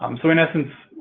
um so, in essence,